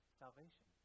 salvation